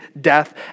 death